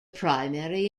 primary